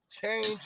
change